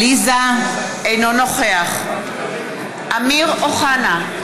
אינו נוכח אמיר אוחנה,